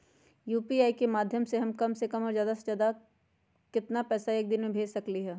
UPI के माध्यम से हम कम से कम और ज्यादा से ज्यादा केतना पैसा एक दिन में भेज सकलियै ह?